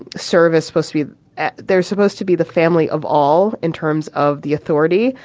service supposed to be they're supposed to be the family of all in terms of the authority.